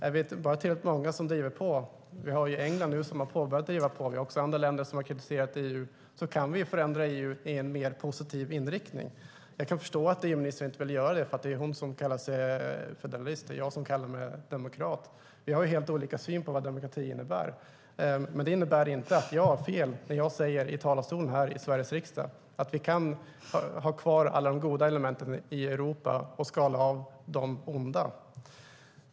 Om vi bara är tillräckligt många som driver på - England har börjat driva på, och vi har andra länder som också kritiserat EU - kan vi förändra EU i en mer positiv riktning. Jag kan förstå att EU-ministern inte vill göra det. Hon kallar sig ju federalist. Jag kallar mig demokrat. Vi har helt olika syn på vad demokrati innebär. Det betyder inte att jag har fel när jag i talarstolen i Sveriges riksdag säger att vi kan ha kvar alla de goda elementen i Europa och skala av de onda.